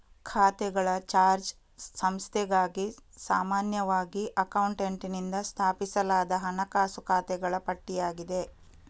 ಖಾತೆಗಳ ಚಾರ್ಟ್ ಸಂಸ್ಥೆಗಾಗಿ ಸಾಮಾನ್ಯವಾಗಿ ಅಕೌಂಟೆಂಟಿನಿಂದ ಸ್ಥಾಪಿಸಲಾದ ಹಣಕಾಸು ಖಾತೆಗಳ ಪಟ್ಟಿಯಾಗಿದೆ